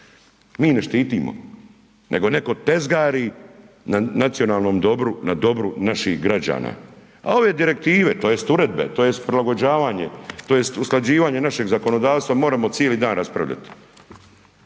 Mi ne štitimo nego netko tezgari na nacionalnom dobru, na dobru naših građana. A ove direktive, tj. uredbe, tj. prilagođavanje, tj. usklađivanje našeg zakonodavstva možemo cijeli dan raspravljati.